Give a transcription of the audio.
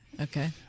Okay